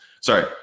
sorry